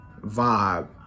vibe